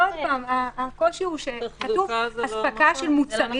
הקושי הוא שכתוב "אספקה של מוצרים"